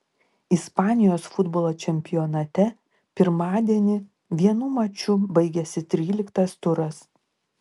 ispanijos futbolo čempionate pirmadienį vienu maču baigėsi tryliktas turas